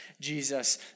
Jesus